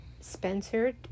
Spencer